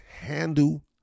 handle